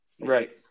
Right